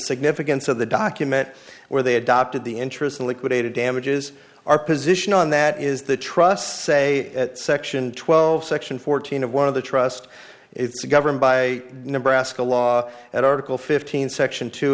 significance of the document where they adopted the interest in liquidated damages our position on that is the trust say at section twelve section fourteen of one of the trust it's governed by nebraska law that article fifteen section t